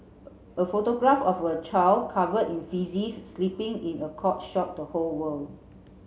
a photograph of a child covered in faeces sleeping in a cot shocked the whole world